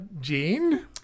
Gene